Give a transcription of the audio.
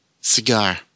cigar